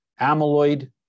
amyloid